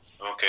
Okay